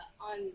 on